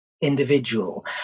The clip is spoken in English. individual